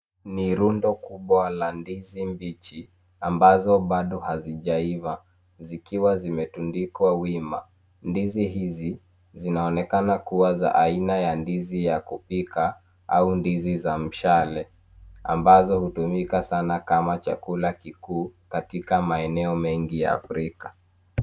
Ni rundo kubwa la ndizi mbichi ambazo bado hazijaiva zikiwa zimetundikwa wima. Ndizi hizi zinaonekana kuwa za aina ya ndizi ya kupika au ndizi za mshale ambazo hutumika sana kama chakula kikuu katika maeneo mingi ya Afrika.